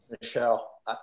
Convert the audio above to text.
Michelle